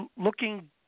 looking